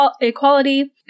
equality